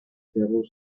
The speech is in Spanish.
terror